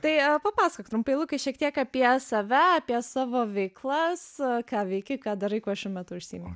tai papasakok trumpai lukai šiek tiek apie save apie savo veiklas ką veiki ką darai kuo šiuo metu užsiimu